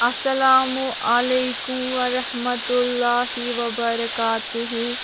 السَلامُ علیکُم وَرحمتُہ اللہ وَبَرکاتُہُ